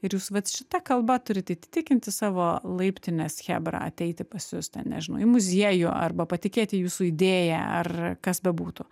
ir jūs vat šita kalba turit įtikinti savo laiptinės chebrą ateiti pas jus ten nežinau į muziejų arba patikėti jūsų idėja ar kas bebūtų